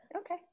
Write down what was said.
Okay